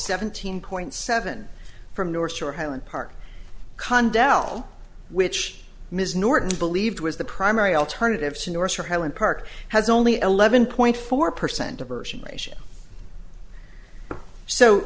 seventeen point seven from north shore highland park conn dell which ms norton believed was the primary alternative to north for highland park has only eleven point four percent diversion ratio so